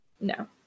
No